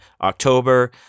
October